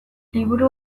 liburu